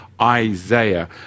Isaiah